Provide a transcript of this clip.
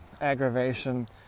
aggravation